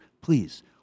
Please